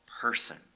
person